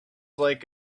like